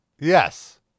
Yes